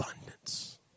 abundance